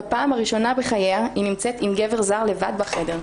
בפעם הראשונה בחייה היא נמצאת עם גבר זר לבד בחדר.